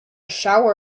shower